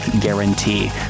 guarantee